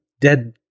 dead